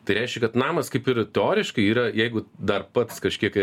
tai reiškia kad namas kaip ir teoriškai yra jeigu dar pats kažkiek